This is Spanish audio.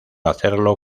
hacerlo